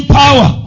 power